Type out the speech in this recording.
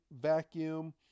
vacuum